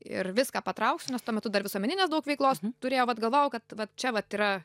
ir viską patrauksiu nes tuo metu dar visuomeninės daug veiklos turėjau vat galvojau kad vat čia vat yra